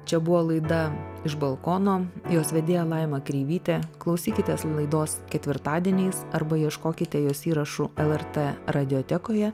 čia buvo laida iš balkono jos vedėja laima kreivytė klausykitės laidos ketvirtadieniais arba ieškokite jos įrašų lrt radiotekoje